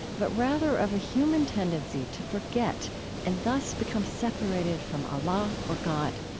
but rather of a human tendency to forget and thus become separated from allah or god.